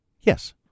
Yes